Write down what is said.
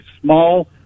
small